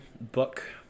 book